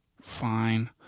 fine